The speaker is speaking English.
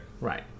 Right